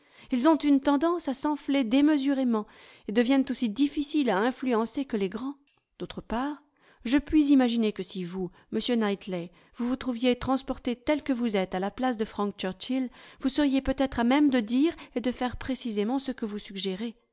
ils ont une tendance à s'enfler démesurément et deviennent aussi difficiles à influencer que les grands d'autre part je puis imaginer que si vous monsieur knightley vous vous trouviez transporté tel que vous êtes à la place de frank churchill vous seriez peut-être à même de dire et de faire précisément ce que vous suggérez